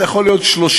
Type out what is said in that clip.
זה יכול להיות 30,